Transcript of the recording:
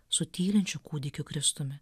su tylinčiu kūdikiu kristumi